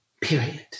period